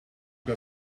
got